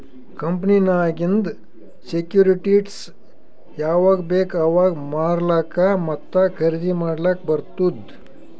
ಕಂಪನಿನಾಗಿಂದ್ ಸೆಕ್ಯೂರಿಟಿಸ್ಗ ಯಾವಾಗ್ ಬೇಕ್ ಅವಾಗ್ ಮಾರ್ಲಾಕ ಮತ್ತ ಖರ್ದಿ ಮಾಡ್ಲಕ್ ಬಾರ್ತುದ್